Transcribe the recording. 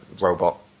robot